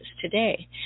today